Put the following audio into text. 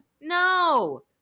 No